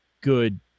good